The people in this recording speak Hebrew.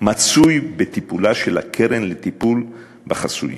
מצוי בטיפולה של הקרן לטיפול בחסויים.